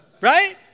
Right